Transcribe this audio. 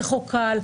זה חוק קל,